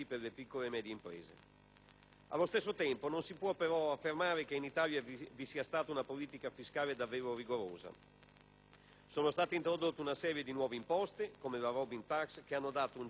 Allo stesso tempo, non si può però affermare che in Italia vi sia stata una politica fiscale davvero rigorosa. Sono state introdotte una serie di nuove imposte, come la cosiddetta *Robin tax*, che hanno un gettito molto aleatorio.